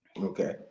Okay